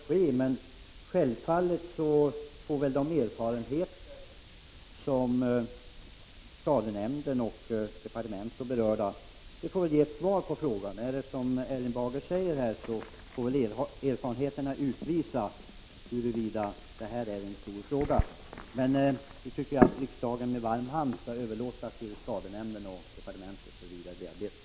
Fru talman! Jag kan naturligtvis inte i dag säga vad som kan komma att ske, men självfallet får erfarenheterna från skadenämnd, departement och berörda utvisa huruvida detta är en stor fråga. Jag tycker att riksdagen med varm hand skall överlåta åt skadenämnden och departementet att bearbeta frågan.